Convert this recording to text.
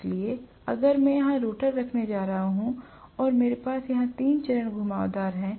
इसलिए अगर मैं यहां रोटर रखने जा रहा हूं और मेरे पास यहां तीन चरण घुमावदार हैं